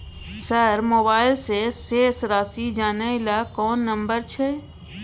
Sir mobile से शेस राशि जानय ल कोन नंबर छै?